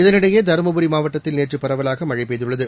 இதனிடையே தருமபுரி மாவட்டத்தில் நேற்று பரவலாக மழை பெய்துள்ளது